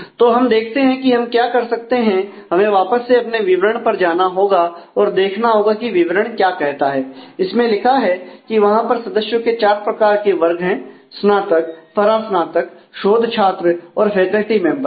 तो हम देखते हैं कि हम क्या कर सकते हैं हमें वापस से अपने विवरण पर जाना होगा और देखना होगा कि विवरण क्या कहता है इसमें लिखा है कि वहां पर सदस्यों के चार प्रकार के वर्ग हैं स्नातक परास्नातक शोध छात्र और फैकेल्टी मेंबर्स